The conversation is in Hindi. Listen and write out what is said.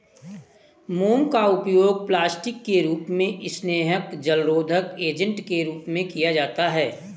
मोम का उपयोग प्लास्टिक के रूप में, स्नेहक, जलरोधक एजेंट के रूप में किया जाता है